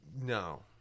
No